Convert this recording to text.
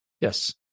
yes